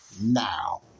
now